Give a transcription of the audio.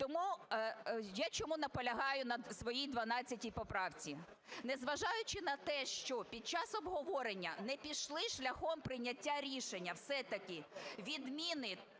Тому я чому наполягаю на своїй 12 поправці? Незважаючи на те, що під час обговорення не пішли шляхом прийняття рішення все-таки відміни